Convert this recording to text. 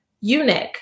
eunuch